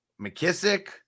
McKissick